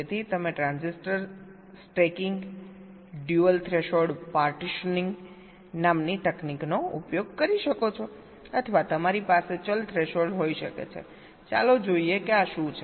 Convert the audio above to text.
તેથી તમે transistor stacking dual threshold partitioning નામની તકનીકનો ઉપયોગ કરી શકો છો અથવા તમારી પાસે ચલ થ્રેશોલ્ડ હોઈ શકે છે ચાલો જોઈએ કે આ શું છે